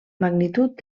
magnitud